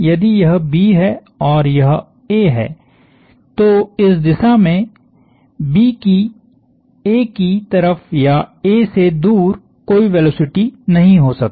यदि यह B है और यह A है तो इस दिशा में B की A की तरफ या A से दूर कोई वेलोसिटी नहीं हो सकती